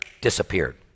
disappeared